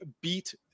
beat